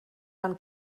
man